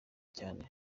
cyane